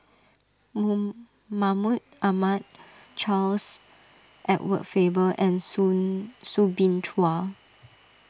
Mahmud Ahmad Charles Edward Faber and Soo Soo Bin Chua